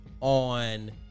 on